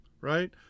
right